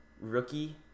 rookie